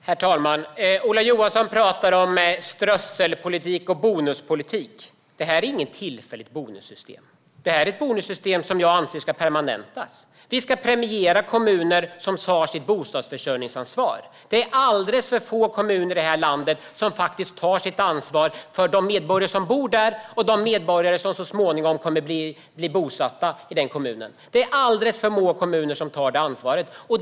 Herr talman! Ola Johansson talar om strösselpolitik och bonuspolitik. Det här är inget tillfälligt bonussystem. Det här är ett bonussystem som jag anser ska permanentas. Vi ska premiera kommuner som tar sitt bostadsförsörjningsansvar. Alldeles för få kommuner i det här landet tar sitt ansvar för de medborgare som bor där och de medborgare som så småningom kommer att bosätta sig i kommunen.